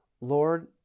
Lord